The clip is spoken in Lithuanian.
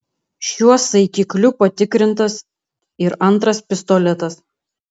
šiuo saikikliu patikrintas ir antras pistoletas